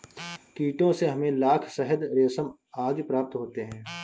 कीटों से हमें लाख, शहद, रेशम आदि प्राप्त होते हैं